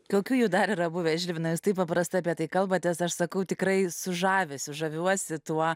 kokių jų dar yra buvęs žilvinas taip paprasta apie tai kalbatės aš sakau tikrai su žavesiu žaviuosi tuo